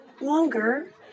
longer